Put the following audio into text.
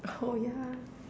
oh yeah